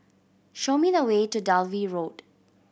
show me the way to Dalvey Road